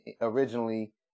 Originally